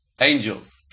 angels